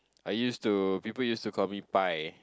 I used to people used to call me Pai